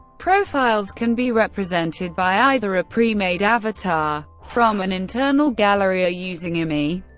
profiles can be represented by either a pre-made avatar from an internal gallery, or using a mii.